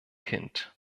kind